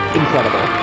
incredible